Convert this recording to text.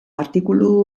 artikulu